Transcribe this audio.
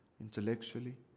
Intellectually